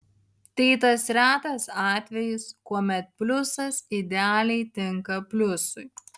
tai tas retas atvejis kuomet pliusas idealiai tinka pliusui